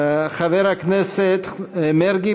חבר כנסת מרגי,